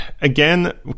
again